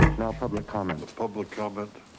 no public comment. but public comment.